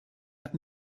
hat